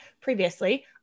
previously